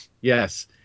Yes